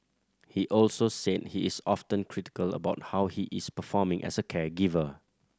he also said he is often critical about how he is performing as a caregiver